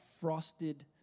frosted